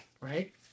right